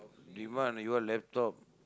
demand you want laptop